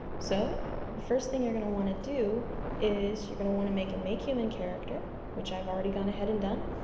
so, the first thing you're going to want to do is you're going to want to make a makehuman character, which i've already gone ahead and done.